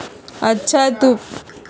अच्छा तु प्याज बाजार से कम रेट में देबअ?